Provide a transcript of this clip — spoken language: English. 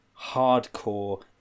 hardcore